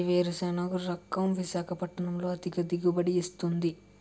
ఏ వేరుసెనగ రకం విశాఖపట్నం లో అధిక దిగుబడి ఇస్తుంది?